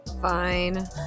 Fine